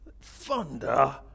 thunder